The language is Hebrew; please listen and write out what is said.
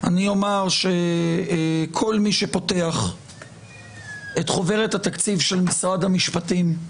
אני אומר שכל מי שפותח את חוברת התקציב של משרד המשפטים,